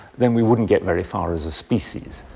then we wouldn't get very far as a species.